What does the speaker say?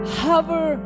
hover